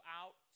out